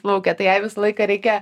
plaukia tai jai visą laiką reikia